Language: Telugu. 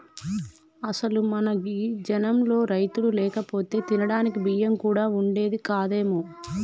అసలు మన గీ జనంలో రైతులు లేకపోతే తినడానికి బియ్యం కూడా వుండేది కాదేమో